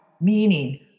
meaning